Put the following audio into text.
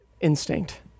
Instinct